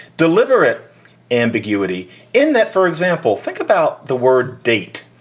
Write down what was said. deliberate ambiguity in that. for example, think about the word date.